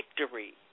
victory